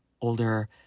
older